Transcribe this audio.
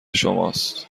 شماست